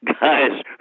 guys